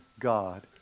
God